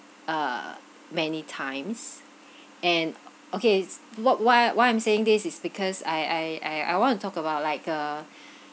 uh many times and okay s~ what why why I'm saying this is because I I I I want to talk about like a